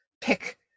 pick